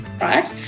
right